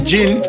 Jean